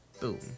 Boom